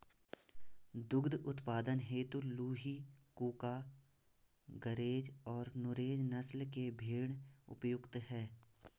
दुग्ध उत्पादन हेतु लूही, कूका, गरेज और नुरेज नस्ल के भेंड़ उपयुक्त है